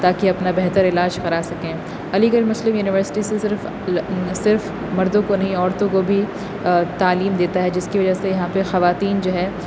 تاکہ اپنا بہتر علاج کرا سکیں علی گڑھ مسلم یونیورسٹی سے صرف صرف مردوں کو نہیں عورتوں کو بھی تعلیم دیتا ہے جس کی وجہ سے یہاں پہ خواتین جو ہے